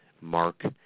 mark